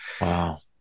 Wow